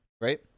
right